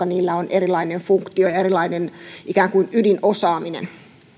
niillä on erilainen funktio ja erilainen ydinosaaminen